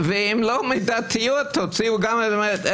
ואם לא מידתיות תוציאו גם את זה זאת אומרת,